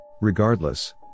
Regardless